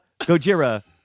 Gojira